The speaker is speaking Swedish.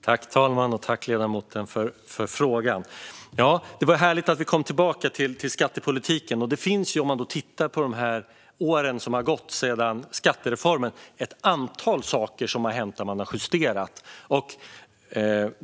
Fru talman! Tack, ledamoten, för frågan! Det var härligt att vi kom tillbaka till skattepolitiken. Om man tittar på åren som gått sedan skattereformen ser man att det finns ett antal saker som har justerats.